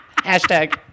Hashtag